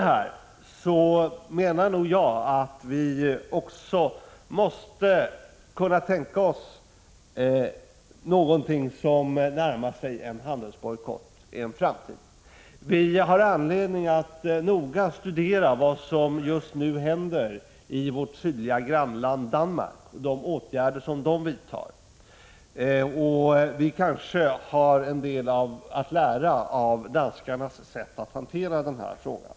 Här måste vi kunna tänka oss någonting som närmar sig en handelsbojkott i en framtid. Vi har i Sverige anledning att noga studera vad som just nu händer i vårt sydliga grannland, Danmark, och de åtgärder som där vidtas — vi kanske har en del att lära av danskarnas sätt att hantera denna fråga. Jagser Prot.